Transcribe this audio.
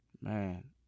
Man